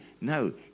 No